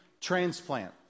transplant